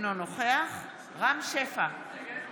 אינו נוכח רם שפע,